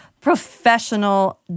Professional